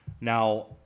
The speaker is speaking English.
Now